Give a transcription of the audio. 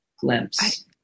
glimpse